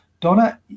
Donna